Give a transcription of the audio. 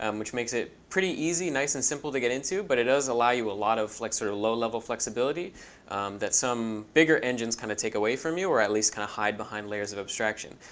um which makes it pretty easy, nice and simple to get into. but it does allow you a lot of like sort of low level flexibility that some bigger engines kind of take away from you or at least kind of hide behind layers of abstraction.